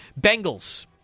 Bengals